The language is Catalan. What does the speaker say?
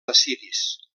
assiris